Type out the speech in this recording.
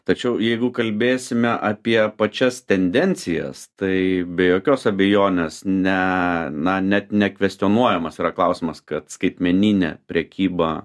tačiau jeigu kalbėsime apie pačias tendencijas tai be jokios abejonės ne na net nekvestionuojamas yra klausimas kad skaitmeninė prekyba